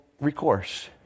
recourse